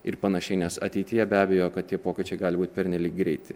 ir panašiai nes ateityje be abejo kad tie pokyčiai gali būti pernelyg greiti